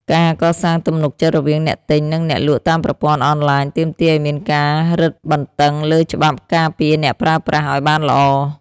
ការកសាងទំនុកចិត្តរវាងអ្នកទិញ និងអ្នកលក់តាមប្រព័ន្ធអនឡាញទាមទារឱ្យមានការរឹតបន្តឹងលើច្បាប់ការពារអ្នកប្រើប្រាស់ឱ្យបានល្អ។